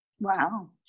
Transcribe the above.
Wow